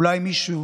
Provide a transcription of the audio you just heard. אולי מישהו